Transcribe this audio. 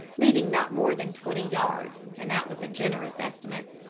leaving not more than twenty yards, and that was a generous estimate.